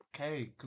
Okay